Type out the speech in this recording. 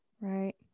right